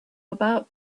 about